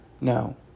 No